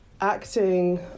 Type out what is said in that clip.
acting